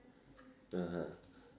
(uh huh)